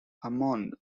hammond